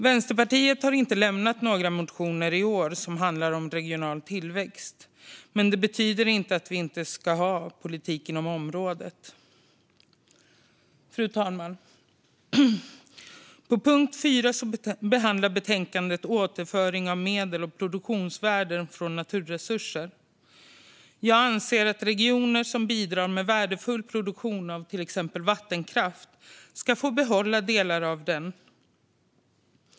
Vänsterpartiet har inte väckt några motioner i år som handlar om regional tillväxt, men det betyder inte att det inte ska finnas en politik på området. Fru talman! Under punkt 4 i betänkandet behandlas återföring av medel och produktionsvärden från naturresurser. Jag anser att regioner som bidrar med värdefull produktion av till exempel vattenkraft ska få behålla delar av den.